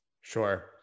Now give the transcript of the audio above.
Sure